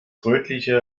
rötliche